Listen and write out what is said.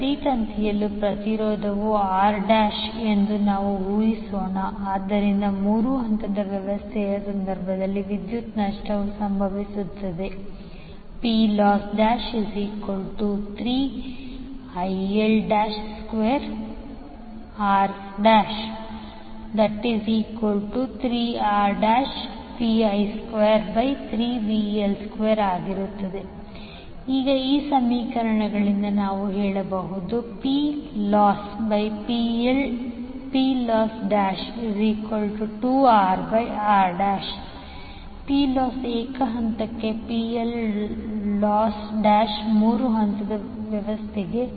ಪ್ರತಿ ತಂತಿಯ ಪ್ರತಿರೋಧವು R ಎಂದು ನಾವು ಊಹಿಸೋಣ ಆದ್ದರಿಂದ ಮೂರು ಹಂತದ ವ್ಯವಸ್ಥೆಯ ಸಂದರ್ಭದಲ್ಲಿ ವಿದ್ಯುತ್ ನಷ್ಟವು ಸಂಭವಿಸುತ್ತದೆ Ploss3IL2R3RPL23VL2RPL2VL2 ಈಗ ಈ 2 ಸಮೀಕರಣಗಳಿಂದ ನಾವು ಹೇಳಬಹುದು PlossPloss2RR Ploss ಏಕ ಹಂತಕ್ಕೆ Ploss ಮೂರು ಹಂತದ ವ್ಯವಸ್ಥೆಗೆ